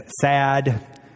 sad